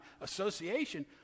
association